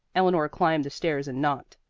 eleanor climbed the stairs and knocked.